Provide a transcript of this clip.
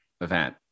event